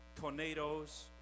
tornadoes